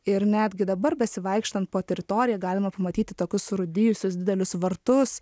ir netgi dabar besivaikštant po teritoriją galima pamatyti tokius surūdijusius didelius vartus